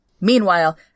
Meanwhile